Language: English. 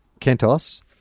Kentos